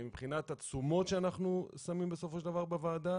מבחינת התשומות שאנחנו שמים בסופו של דבר בוועדה?